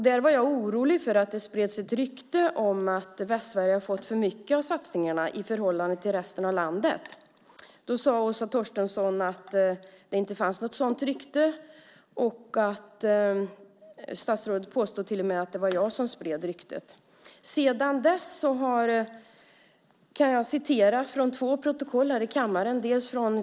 Då var jag orolig för att det spreds rykte om att Västsverige har fått för mycket av satsningarna i förhållande till resten av landet. Då sade Åsa Torstensson att det inte fanns något sådant rykte. Statsrådet påstod till och med att det var jag som spred ryktet. Jag kan läsa från två protokoll vad som sagts sedan dess här i kammaren.